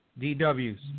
DWS